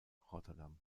rotterdam